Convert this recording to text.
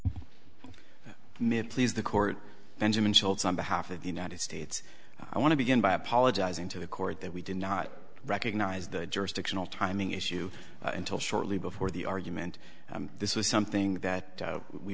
thank mit please the court benjamin shields on behalf of the united states i want to begin by apologizing to the court that we did not recognize the jurisdictional timing issue until shortly before the argument this was something that